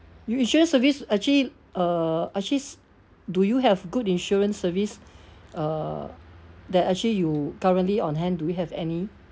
you insurance service actually uh actually do you have good insurance service uh that actually you currently on hand do you have any